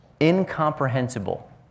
incomprehensible